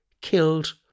killed